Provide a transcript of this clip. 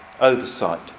oversight